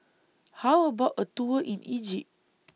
How about A Tour in Egypt